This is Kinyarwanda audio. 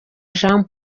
jean